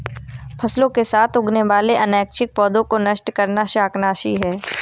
फसलों के साथ उगने वाले अनैच्छिक पौधों को नष्ट करना शाकनाशी है